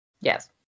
Yes